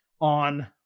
on